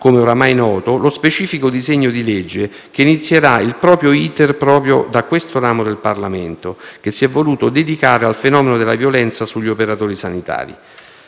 come ormai noto, lo specifico disegno di legge - che inizierà il proprio *iter* da questo ramo del Parlamento - che si è voluto dedicare al fenomeno della violenza sugli operatori sanitari.